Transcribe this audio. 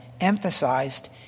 emphasized